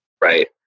right